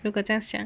如果这样想